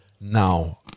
Now